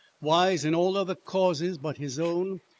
wise in all other causes but his own,